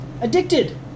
addicted